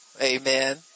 Amen